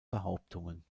behauptungen